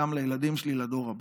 גם לילדים שלי, לדור הבא.